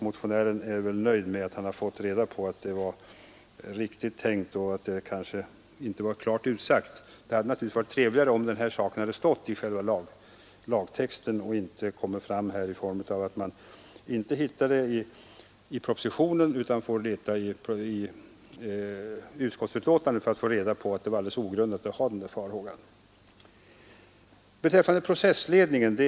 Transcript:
Motionären är väl nöjd med att det var riktigt tänkt men att det inte var klart utsagt i propositionen. Det hade naturligtvis varit trevligare om det av motionärerna aktualiserade fallet hade behandlats i själva lagtexten. Nu redovisas det inte i propositionen utan man får leta i utskottsbetänkandet för att få reda på att de anförda farhågorna var ogrundade.